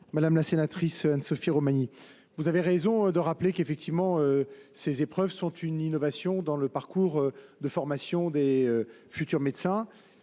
Madame la sénatrice Anne Sophie Romagny, vous avez raison de rappeler que ces épreuves sont une innovation dans le parcours de formation des futurs médecins.